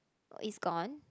is gone